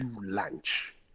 lunch